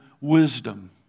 wisdom